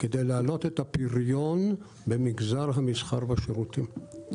כדי להעלות את הפריון במגזר המסחר והשירותים.